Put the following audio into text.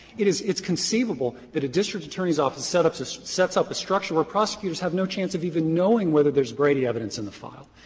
it is it's conceivable that the district attorney's office set up sets sets up a structure where prosecutors have no chance of even knowing whether there is brady evidence in the file.